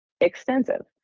extensive